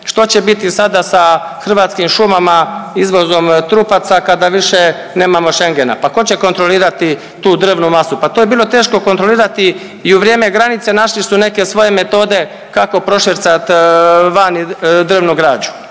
što će biti sada sa Hrvatskim šumama, izvozom trupaca kada više nemamo Schengena, pa ko će kontrolirati tu drvnu masu, pa to je bilo teško kontrolirati i u vrijeme granice, našli su neke svoje metode kako prošvercat vani drvnu građu,